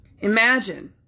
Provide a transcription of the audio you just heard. Imagine